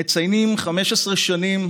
ומציינים 15 שנים